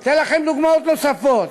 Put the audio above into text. אני אתן לכם דוגמאות נוספות,